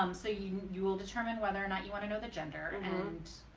um so you you will determine whether or not you want to know the gender and